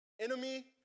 Enemy